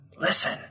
Listen